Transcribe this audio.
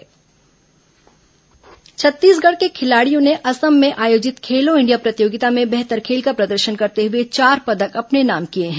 खेलो India Chhattisgarh के खिलाड़ियों ने असम में आयोजित खेलो इंडिया प्रतियोगिता में बेहतर खेल का प्रदर्शन करते हुए चार पदक अपने नाम किए हैं